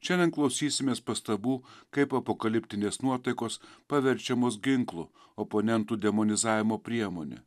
šiandien klausysimės pastabų kaip apokaliptinės nuotaikos paverčiamos ginklu oponentų demonizavimo priemone